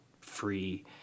free